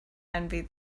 envy